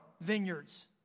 vineyards